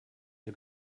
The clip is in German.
dir